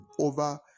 over